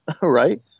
Right